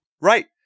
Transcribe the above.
Right